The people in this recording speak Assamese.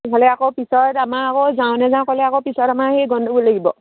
ন'হলে আকৌ পিছত আমাৰ আকৌ যাওঁ নেযাওঁ ক'লে আকৌ পিছত আমাৰ সেই গণ্ডগোল লাগিব